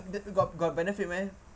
got got benefit meh